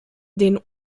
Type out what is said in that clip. den